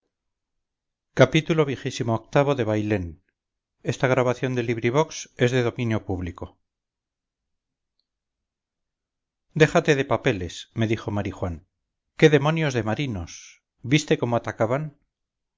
xxvi xxvii xxviii xxix xxx xxxi xxxii bailén de benito pérez galdós déjate de papeles me dijo marijuán qué demonios de marinos viste cómo atacaban